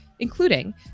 including